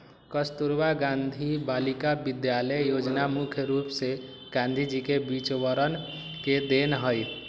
कस्तूरबा गांधी बालिका विद्यालय योजना मुख्य रूप से गांधी जी के विचरवन के देन हई